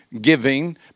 giving